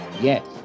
Yes